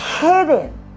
hidden